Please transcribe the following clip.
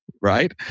Right